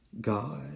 God